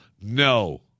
No